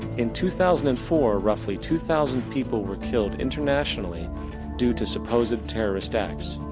in two thousand and four roughly two thousand people were killed internationally due to supposed terrorist acts.